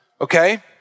okay